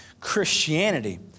Christianity